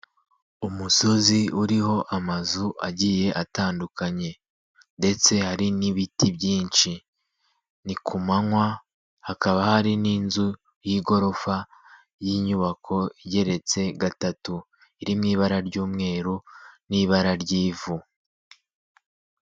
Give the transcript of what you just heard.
Umusozi uriho amazu agiye atandukanye ndetse hari n'ibiti byinshi, ni ku manywa hakaba hari n'inzu y'igorofa y'inyubako igeretse gatatu iri mu ibara ry'umweru n'ibara ry'ivu.